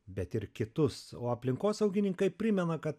bet ir kitus o aplinkosaugininkai primena kad